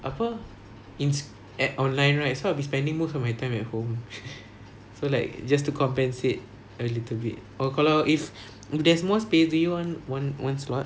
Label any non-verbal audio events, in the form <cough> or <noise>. apa in at online right so I will be spending most of my time at home <noise> so like just to compensate a little bit or kalau if there's more space you want one one slot